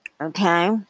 okay